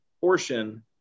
portion